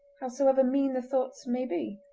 howsoever mean the thoughts may be.